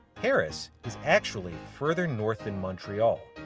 paris is actually further north than montreal.